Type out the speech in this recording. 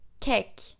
cake